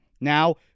Now